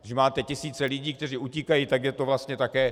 Když máte tisíce lidí, kteří utíkají, tak je to vlastně také...